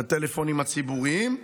לטלפונים הציבוריים.